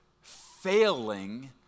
failing